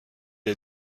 est